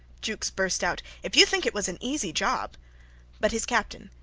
jukes burst out if you think it was an easy job but his captain,